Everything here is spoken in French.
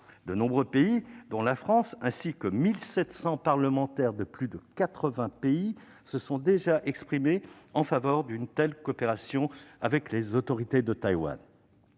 De nombreux pays, dont la France, ainsi que 1 700 parlementaires de plus de 80 pays se sont déjà exprimés en faveur d'une telle coopération avec les autorités de Taïwan.